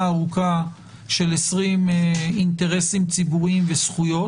ארוכה של 20 אינטרסים ציבוריים וזכויות.